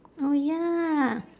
oh ya